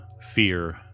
fear